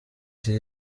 iki